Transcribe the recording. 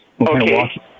Okay